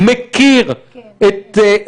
מכיר זאת,